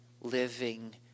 living